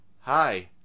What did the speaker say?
Hi